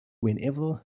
whenever